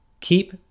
Keep